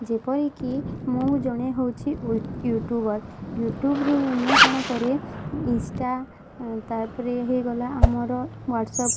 ଯେପରିକି ମୁଁ ଜଣେ ହେଉଛି ୟୁଟ୍ୟୁବର୍ ୟୁଟ୍ୟୁବ୍ରୁ ମୁଁ କ'ଣ କରେ ଇନ୍ଷ୍ଟା ତା'ପରେ ହେଇଗଲା ଆମର ହ୍ୱାଟ୍ସ୍ଆପ୍